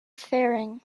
faring